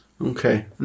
Okay